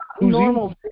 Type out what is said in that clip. normal